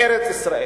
בארץ-ישראל.